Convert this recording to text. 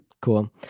Cool